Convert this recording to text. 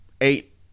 eight